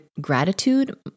gratitude